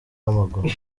w’amaguru